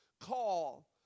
call